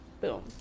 Boom